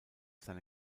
seine